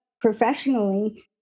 professionally